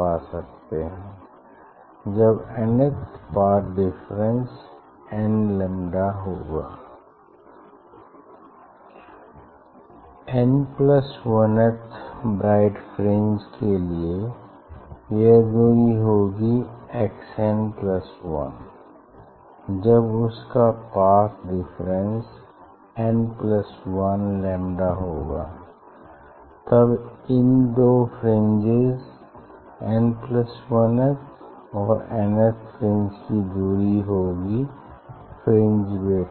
पा सकते हैं जब n थ पाथ डिफरेंस n लैम्डा होगा n प्लस 1 थ ब्राइट फ्रिंज के लिए यह दूरी होगी x n प्लस 1 जब उनका path difference n plus 1 lambda होगा तब इन दो फ्रिंजेस n प्लस 1थ और n थ फ्रिंजेस की दूरी होगी फ्रिंज विड्थ